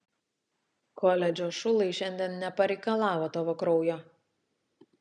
koledžo šulai šiandien nepareikalavo tavo kraujo